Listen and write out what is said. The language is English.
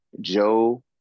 Joe